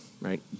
right